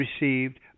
received